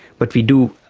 but we do